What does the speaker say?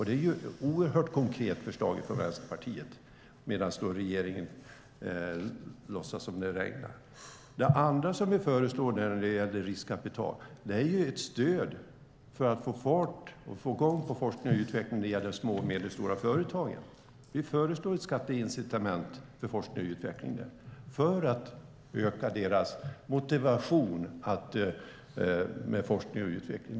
Det är ett oerhört konkret förslag från Vänsterpartiet, medan regeringen låtsas som om det regnar. Det andra vi föreslår när det gäller riskkapital är stöd för att få i gång forskning och utveckling när det gäller små och medelstora företag. Vi föreslår ett skatteincitament för forskning och utveckling där, för att öka deras motivation till forskning och utveckling.